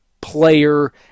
player